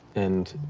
and